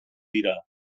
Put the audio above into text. dira